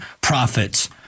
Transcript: profits